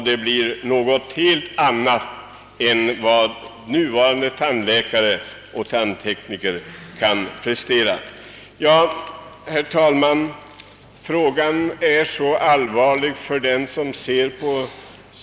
Det blir något helt annat än vad nuvarande tandläkare och tandtekniker kan prestera.